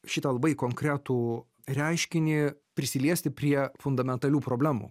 šitą labai konkretų reiškinį prisiliesti prie fundamentalių problemų